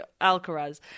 Alcaraz